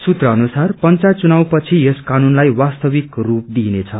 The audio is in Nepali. सूत्र अनुसार पंचायत चुनाव पछि यस कानूनलाई वास्तविक स्रप दिइनेछ